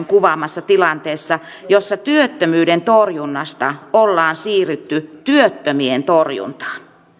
kuvaamassa tilanteessa jossa työttömyyden torjunnasta ollaan siirrytty työttömien torjuntaan